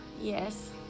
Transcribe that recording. yes